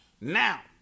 Now